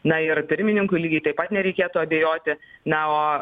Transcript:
na ir pirmininkui lygiai taip pat nereikėtų abejoti na o